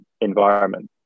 environment